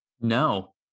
no